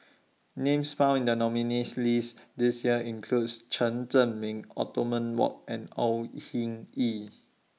Names found in The nominees' list This Year includes Chen Zhiming Othman Wok and Au Hing Yee